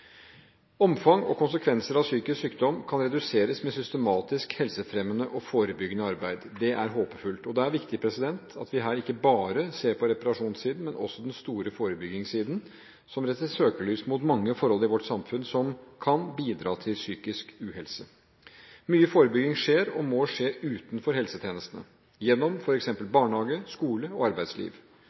Omfang og konsekvenser av psykisk sykdom kan reduseres med systematisk helsefremmende og forebyggende arbeid. Det er håpefullt. Det er viktig at vi her ikke bare ser på reparasjonssiden, men også den store forebyggingssiden, som retter søkelyset mot mange forhold i vårt samfunn som kan bidra til psykisk uhelse. Mye forebygging skjer og må skje utenfor helsetjenestene, gjennom f.eks. barnehage, skole og arbeidsliv.